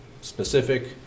specific